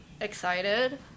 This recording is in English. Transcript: excited